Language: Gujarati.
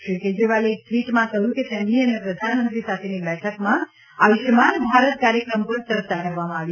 શ્રી કેજરીવાલે એક ટ્વીટમાં કહ્યું છે કે તેમની અને પ્રધાનમંત્રી સાથેની બેઠકમાં આયુષ્યમાન ભારત કાર્યક્રમ પર ચર્ચા કરવામાં આવી